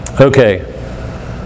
Okay